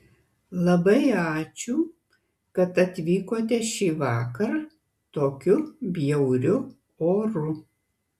labai ačiū kad atvykote šįvakar tokiu bjauriu oru